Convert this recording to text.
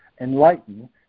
Enlighten